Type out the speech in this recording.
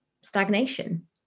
stagnation